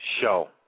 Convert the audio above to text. show